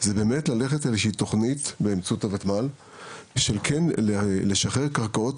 זה ללכת באמת על איזו שהיא תוכנית באמצעות הוותמ"ל של כן לשחרר קרקעות